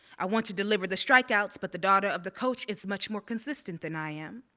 i want to deliver the strikeouts, but the daughter of the coach is much more consistent than i am,